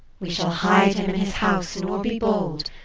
we shall hide him in his house nor be bold.